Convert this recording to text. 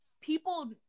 people